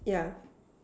yeah